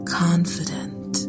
confident